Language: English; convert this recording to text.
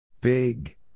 Big